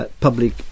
public